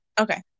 okay